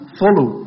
follow